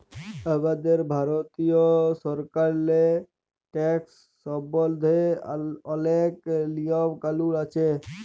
আমাদের ভারতীয় সরকারেল্লে ট্যাকস সম্বল্ধে অলেক লিয়ম কালুল আছে